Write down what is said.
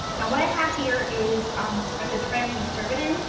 now what i have here is um like the tray i'm going to serve it in,